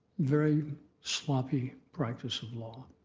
very sloppy practice of law,